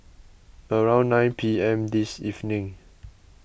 around nine P M this evening